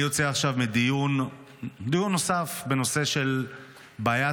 אני יוצא עכשיו מדיון נוסף בנושא של בעיית